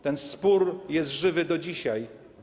Ten spór jest żywy do dzisiaj.